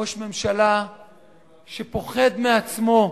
ראש ממשלה שפוחד מעצמו,